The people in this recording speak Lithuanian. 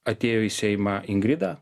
atėjo į seimą ingrida